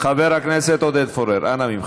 חבר הכנסת עודד פורר, אנא ממך.